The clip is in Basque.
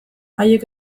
haiek